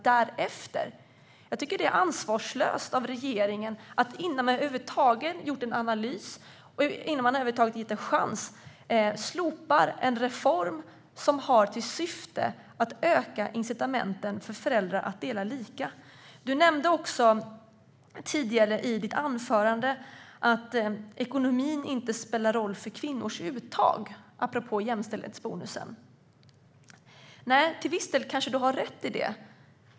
Jag tycker att det är ansvarslöst av regeringen att innan man över huvud taget gjort en analys, innan man över huvud taget gett den en chans, slopa en reform som har till syfte att öka incitamenten att dela lika. Du nämnde också tidigare i ditt anförande att ekonomin inte spelar roll för kvinnors uttag, detta apropå jämställdhetsbonusen. Till viss del kanske du har rätt i det.